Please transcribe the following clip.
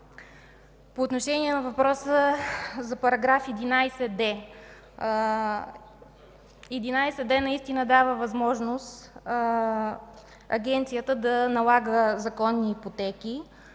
По отношение на въпроса за § 11д, той наистина дава възможност Агенцията да налага законни ипотеки.